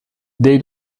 dei